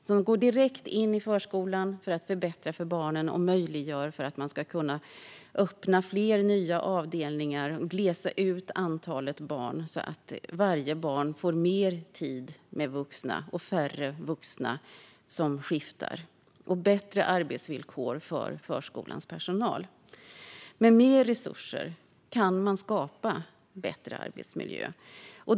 Pengarna går direkt in i förskolan för att förbättra för barnen och göra det möjligt att öppna fler nya avdelningar och glesa ut antalet barn så att varje barn får mer tid med vuxna och färre vuxna som skiftar och så att förskolans personal får bättre arbetsvillkor. Med mer resurser kan man skapa bättre arbetsmiljö.